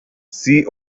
see